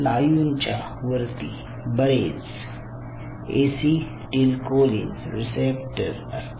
स्नायूंच्या वरती बरेच एसिटिल्कोलीन रिसेप्टर असतात